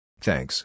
Thanks